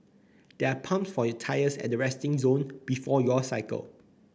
there are pumps for your tyres at the resting zone before your cycle